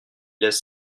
laisse